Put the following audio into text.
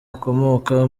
ukomoka